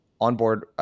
onboard